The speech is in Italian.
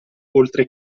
oltre